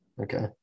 Okay